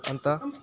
अनि त